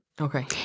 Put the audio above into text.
okay